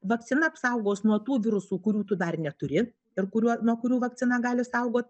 vakcina apsaugos nuo tų virusų kurių tu dar neturi per kuriuo nuo kurių vakcina gali saugot